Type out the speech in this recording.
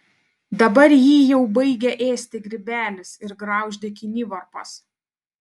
dabar jį jau baigia ėsti grybelis ir graužti kinivarpos